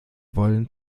wollen